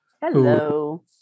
Hello